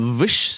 wish